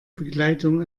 begleitung